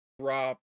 drop